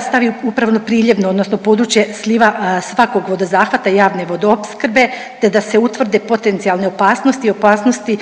stavi upravo priljevno odnosno područje sliva svakog vodozahvata javne vodoopskrbe te da se utvrde potencijalne opasnosti i opasnosti